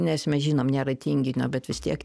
nes mes žinom nėra tinginio bet vis tiek